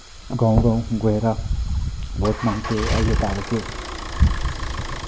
गाउँ गाउँ गएर भोट माग्थ्यो अहिले त अब के